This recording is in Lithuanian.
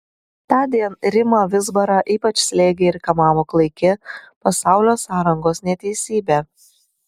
tądien rimą vizbarą ypač slėgė ir kamavo klaiki pasaulio sąrangos neteisybė